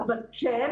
אבל כן,